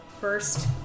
first